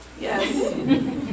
yes